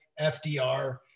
FDR